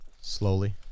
Slowly